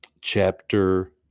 chapter